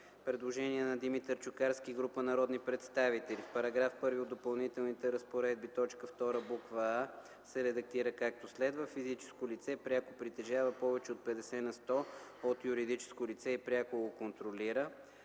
Предложение на Димитър Чукарски и група народни представители: В § 1 от Допълнителните разпоредби т. 2, буква „а” се редактира, както следва: „физическо лице пряко притежава повече от 50 на сто от юридическо лице и пряко го контролира;”